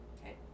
Okay